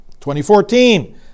2014